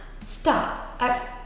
Stop